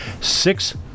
six